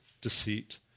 deceit